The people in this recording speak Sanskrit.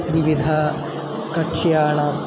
विविधकक्ष्याणां